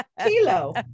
kilo